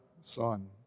Son